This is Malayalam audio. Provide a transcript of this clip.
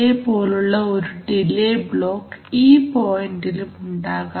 ഇതേ പോലുള്ള ഒരു ഡിലെ ബ്ലോക്ക് ഈ പോയിന്റിലും ഉണ്ടാകാം